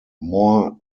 more